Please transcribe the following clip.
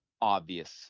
obvious